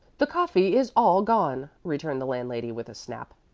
the coffee is all gone, returned the landlady, with a snap.